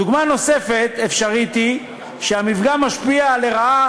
דוגמה נוספת אפשרית היא שהמפגע משפיע לרעה